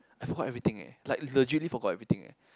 I forgot everything eh like legitly forgot everything eh